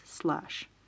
slash